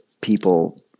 people